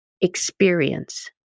experience